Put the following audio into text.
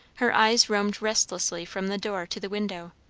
her eyes roamed restlessly from the door to the window,